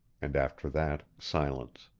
and after that silence.